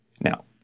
Now